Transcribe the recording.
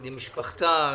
למשפחתה.